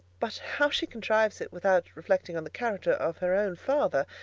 but how she contrives it without reflecting on the character of her own father,